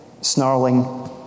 snarling